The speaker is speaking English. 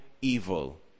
evil